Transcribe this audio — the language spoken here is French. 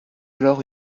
alors